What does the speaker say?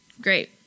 Great